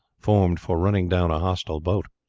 formed for running down a hostile boat.